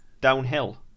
downhill